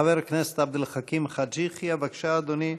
חבר הכנסת עבד אל חכים חאג' יחיא, בבקשה, אדוני.